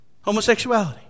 homosexuality